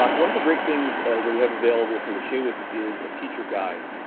ah one of the great things that we have available for the shaywitz is a teacher guide,